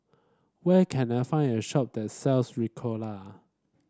where can I find a shop that sells Ricola